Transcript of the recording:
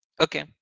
okay